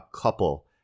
couple